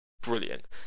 brilliant